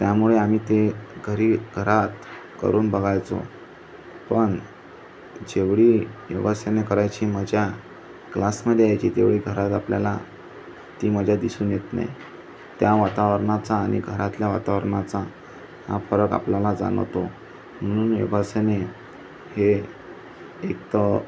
त्यामुळे आम्ही ते घरी घरात करून बघायचो पण जेवढी योगासने करायची मजा क्लासमध्ये यायची तेवढी घरात आपल्याला ती मजा दिसून येत नाही त्या वातावरणाचा आणि घरातल्या वातावरणाचा हा फरक आपल्याला जाणवतो म्हणून योगासने हे एक तर